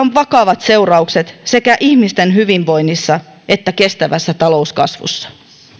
on vakavat seuraukset sekä ihmisten hyvinvoinnissa että kestävässä talouskasvussa